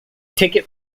ticket